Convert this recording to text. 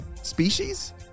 Species